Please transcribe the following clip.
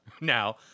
now